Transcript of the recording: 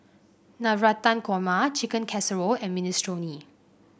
Navratan Korma Chicken Casserole and Minestrone